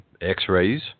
x-rays